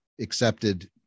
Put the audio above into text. accepted